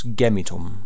gemitum